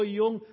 yung